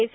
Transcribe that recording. S